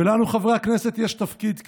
ולנו חברי הכנסת יש תפקיד כאן,